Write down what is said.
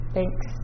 Thanks